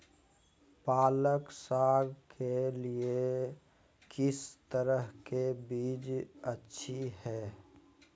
पालक साग के लिए किस तरह के बीज अच्छी है?